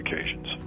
occasions